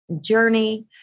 journey